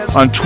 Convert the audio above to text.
on